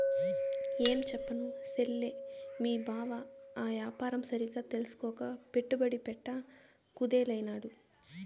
ఏంచెప్పను సెల్లే, మీ బావ ఆ యాపారం సరిగ్గా తెల్సుకోక పెట్టుబడి పెట్ట కుదేలైనాడు